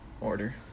Order